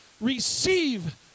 Receive